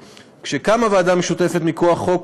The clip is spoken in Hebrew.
כשקמה ועדה משותפת מכוח חוק,